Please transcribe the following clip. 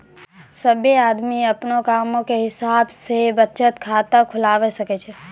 सभ्भे आदमी अपनो कामो के हिसाब से बचत खाता खुलबाबै सकै छै